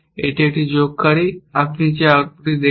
এটি একটি যোগকারী আপনি যে আউটপুট দেখছেন